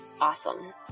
Awesome